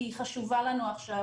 כי היא חשובה לנו עכשיו.